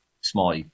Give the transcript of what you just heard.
small